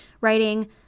writing